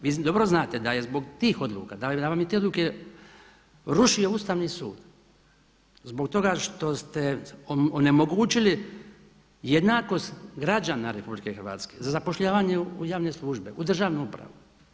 Vi dobro znate da je zbog tih odluka, da vam je te odluke rušio Ustavni sud zbog toga što ste onemogućili jednakost građana RH za zapošljavanje u javne službe, u državnu upravu.